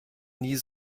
nie